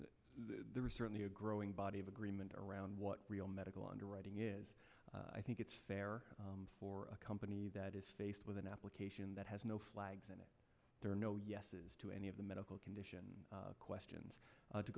there was certainly a growing body of agreement around what real medical underwriting is i think it's fair for a company that is faced with an application that has no flags and there are no yeses to any of the medical condition questions